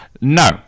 no